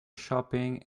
shopping